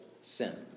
sin